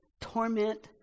torment